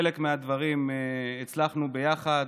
חלק מהדברים הצלחנו ביחד,